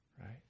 right